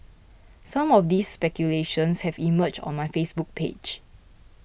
some of these speculations have emerged on my Facebook page